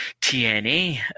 tna